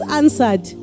answered